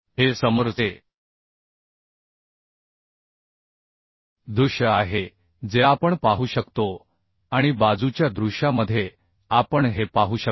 हे समोरचे दृश्य आहे जे आपण पाहू शकतो आणि बाजूच्या दृश्यामध्ये आपण हे पाहू शकतो